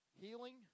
healing